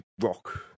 rock